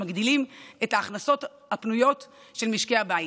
שמגדילים את ההכנסות הפנויות של משקי הבית.